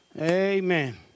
Amen